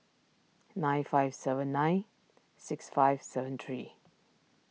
nine five seven nine six five seven three